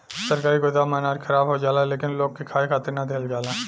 सरकारी गोदाम में अनाज खराब हो जाला लेकिन लोग के खाए खातिर ना दिहल जाला